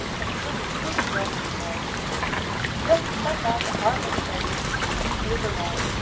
until he couldn't run any more he just sat down hard on the pavement and slid along.